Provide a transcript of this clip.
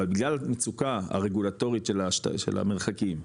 אבל בגלל מצוקה הרגולטורית של המרחקים,